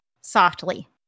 softly